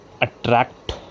attract